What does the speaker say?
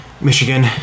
Michigan